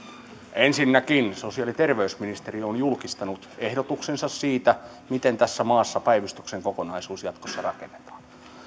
ensinnäkin sosiaali ja terveysministeri on julkistanut ehdotuksensa siitä miten tässä maassa päivystyksen kokonaisuus jatkossa rakennetaan